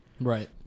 Right